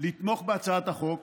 לתמוך בהצעת החוק.